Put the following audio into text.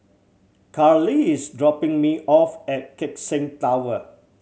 Cali is dropping me off at Keck Seng Tower